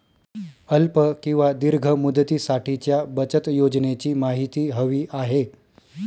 अल्प किंवा दीर्घ मुदतीसाठीच्या बचत योजनेची माहिती हवी आहे